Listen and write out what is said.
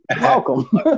Welcome